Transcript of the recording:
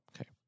Okay